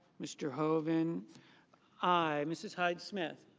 mr. hoven i. mrs. hyde smith.